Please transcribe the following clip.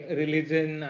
religion